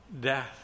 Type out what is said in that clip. death